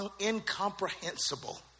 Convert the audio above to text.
incomprehensible